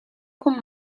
con